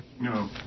No